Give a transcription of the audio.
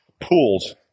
pools